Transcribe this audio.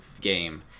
game